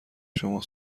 شما